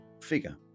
figure